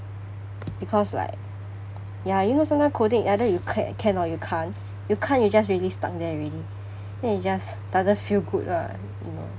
because like ya you know sometimes coding either you ca~ can or you can't if can't you're just really stuck there already then it just doesn't feel good lah you know